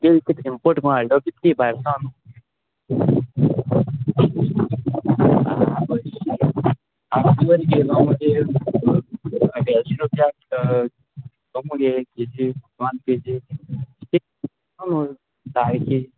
तूंय कित् इम्पोर्ट कोन हाळ्ळ्यो कित् गे भायर सावन आवय शी मगे केजी वन केजी धा कील